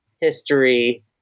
history